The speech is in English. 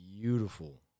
beautiful